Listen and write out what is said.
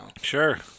Sure